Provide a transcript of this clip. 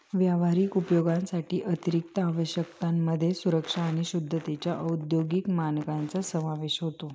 व्यावहारिक उपयोगांसाठी अतिरिक्त आवश्यकतांमध्ये सुरक्षा आणि शुद्धतेच्या औद्योगिक मानकांचा समावेश होतो